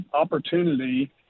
opportunity